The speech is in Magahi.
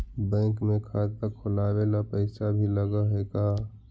बैंक में खाता खोलाबे ल पैसा भी लग है का?